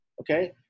Okay